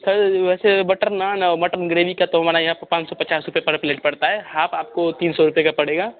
sir वैसे butter naan और mutton gravy का तो हमारे यहाँ पर पाँच सौ पचास रुपये पर प्लेट पड़ता है हाफ़ आपको तीन सौ रुपये का पड़ेगा